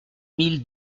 mille